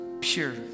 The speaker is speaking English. pure